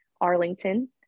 Arlington